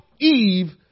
Eve